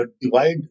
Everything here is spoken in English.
divide